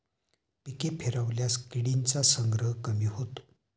पिके फिरवल्यास किडींचा संग्रह कमी होतो